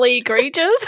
creatures